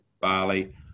barley